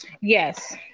yes